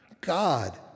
God